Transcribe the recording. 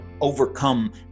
overcome